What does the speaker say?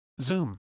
Zoom